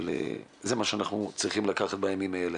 זה מה שאנחנו צריכים לקחת בימים אלה.